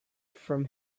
from